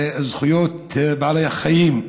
לזכויות בעלי החיים.